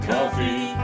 Coffee